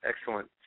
excellent